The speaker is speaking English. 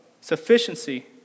sufficiency